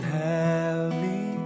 heavy